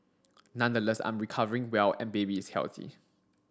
nonetheless I am recovering well and baby is healthy